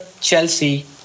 Chelsea